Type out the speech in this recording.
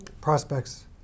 prospects